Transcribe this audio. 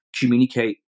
communicate